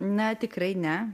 na tikrai ne